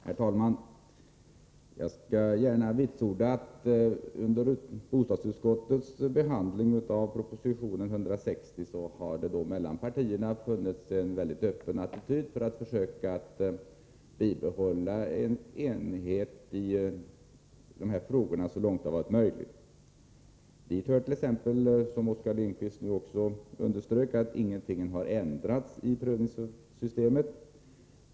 Herr talman! Jag skall gärna vitsorda att under bostadsutskottets behandling av proposition 160 har det mellan partierna funnits en väldigt öppen attityd i syfte att så långt som möjligt försöka bibehålla enigheten i de här frågorna. Därför har exempelvis — som Oskar Lindkvist också underströk — egentligen ingenting ändrats i prövningssystemet.